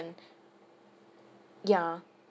yeah